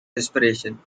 desperation